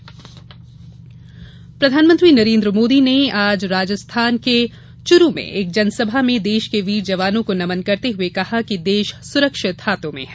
प्रधानमंत्री प्रधानमंत्री नरेन्द्र मोदी ने आज राजस्थान के चुरू में एक जनसभा में देश के वीर जवानों को नमन करते हुये कहा कि देश सुरक्षित हाथों में है